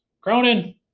Cronin